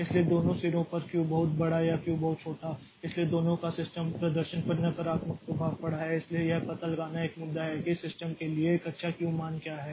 इसलिए दोनों सिरों पर q बहुत बड़ा या q बहुत छोटा इसलिए दोनों का सिस्टम प्रदर्शन पर नकारात्मक प्रभाव पड़ा है इसलिए यह पता लगाना एक मुद्दा है कि सिस्टम के लिए एक अच्छा q मान क्या है